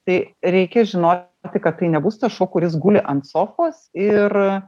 tai reikia žinoti tai kad tai nebus tas šuo kuris guli ant sofos ir